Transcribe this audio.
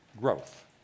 growth